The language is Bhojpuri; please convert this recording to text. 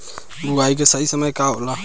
बुआई के सही समय का होला?